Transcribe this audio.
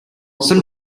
some